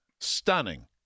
Stunning